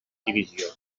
divisió